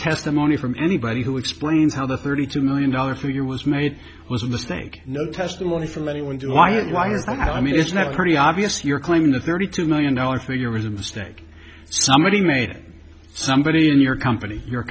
testimony from anybody who explains how the thirty two million dollars figure was made was a mistake no testimony from anyone why it was i mean it's not pretty obvious you're claiming the thirty two million dollars figure was a mistake somebody made somebody in your company your